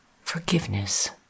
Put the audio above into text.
Forgiveness